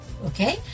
Okay